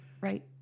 right